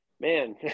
man